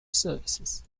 services